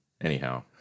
Anyhow